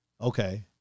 okay